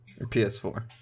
PS4